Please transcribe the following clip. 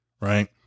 right